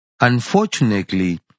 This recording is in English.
Unfortunately